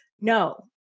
No